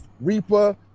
Reaper